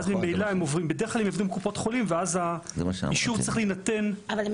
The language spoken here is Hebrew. ואז ממילא האישור צריך להינתן --- אבל הם